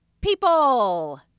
People